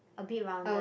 okay rounded